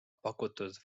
pakutud